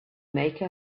make